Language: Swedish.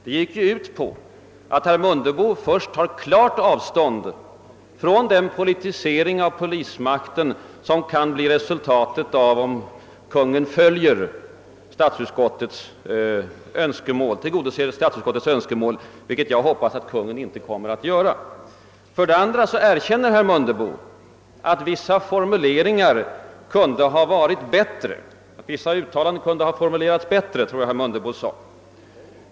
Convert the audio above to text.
Det innebar ju att herr Mundebo först tog klart avstånd från den politisering av polismakten som kan bli resultatet om Kungl. Maj:t tillgodoser statsutskottets önskemål, vilket jag hoppas inte blir fallet. Det innebar vidare, att herr Mundebo erkände att vissa uttalanden kunde ha formulerats bättre.